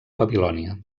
babilònia